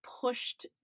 pushed